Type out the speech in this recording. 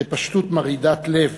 בפשטות מרעידת לב,